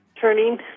turning